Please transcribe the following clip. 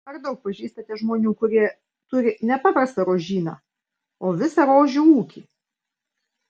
ar daug pažįstate žmonių kurie turi ne paprastą rožyną o visą rožių ūkį